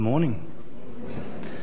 morning